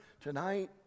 tonight